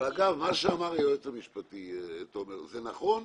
אגב, מה שאמר היועץ המשפטי תומר רוזנר נכון,